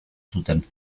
zuten